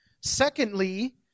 Secondly